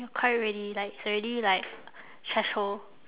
quite already like it's already like threshold